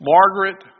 Margaret